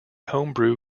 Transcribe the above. homebrew